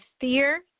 fear